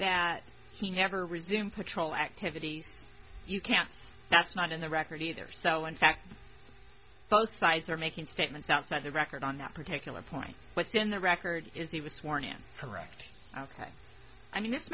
that he never resumed patrol activities you can't say that's not in the record either sell in fact both sides are making statements outside the record on that particular point what's in the record is he was sworn in correct ok i mean